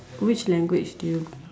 which language do you